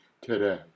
today